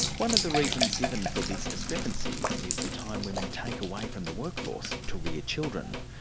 one of the reasons given for this discrepancy is the time women take away from the workforce to rear children.